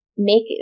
Make